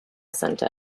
centre